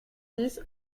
dix